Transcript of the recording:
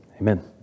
Amen